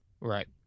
right